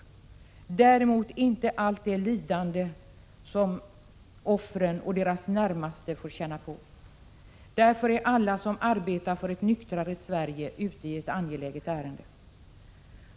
Så är däremot inte fallet med allt det lidande som offren och deras närmaste får känna på. Därför är alla som arbetar för ett nyktrare Sverige ute i ett angeläget ärende.